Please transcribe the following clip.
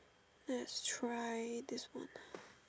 let's try this one